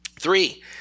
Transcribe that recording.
Three